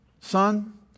Son